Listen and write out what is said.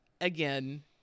again